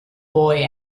boy